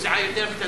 שהיא סיעה יותר קטנה,